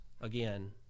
again